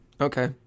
Okay